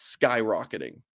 skyrocketing